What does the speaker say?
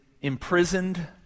Imprisoned